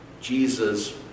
Jesus